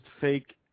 fake